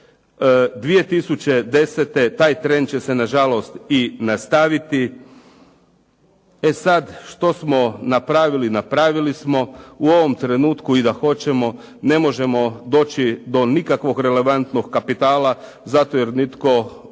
2010. taj trend će se na žalost i nastaviti. E sad što smo napravili, napravili smo. U ovom trenutku i da hoćemo ne možemo doći do nikakvog relevantnog kapitala zato jer nitko u